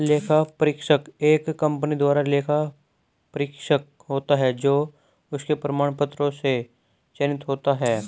लेखा परीक्षक एक कंपनी द्वारा लेखा परीक्षक होता है जो उसके प्रमाण पत्रों से चयनित होता है